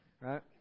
right